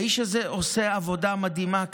האיש הזה עושה עבודה מדהימה.